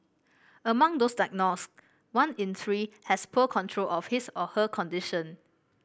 among those diagnosed one in three has poor control of his or her condition